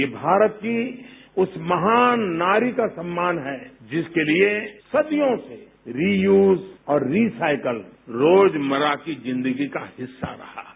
ये भारत की उस महान नारी का सम्मान है जिसके लिए सदियों से रीयूज और रीसाइकल रोजमर्रा की जिंदगी का हिस्सा रहा है